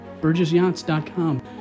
BurgessYachts.com